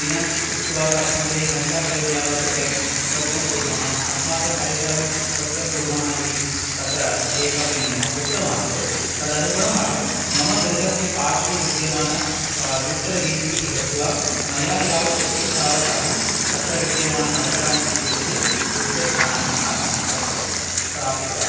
दिनम् उक्त्वा तस्मिन् दिने घण्टाद्वयं यावत् वयं स्वच्छं कुर्मः अस्माकं परिसरं स्वच्छं कुर्मः इति तत्र एकम् उक्तमासीत् तदनुगुणम् अहं मम गृहस्य पार्श्वे विद्यमान द्वित्रि वीथीः गत्वा मया यावत् शक्यते तावत् अहं तत्र विद्यमानान् अवकरान् स्वीकृत्य उचितस्थाने अहं तत्र प्रापितवान्